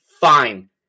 Fine